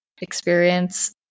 experience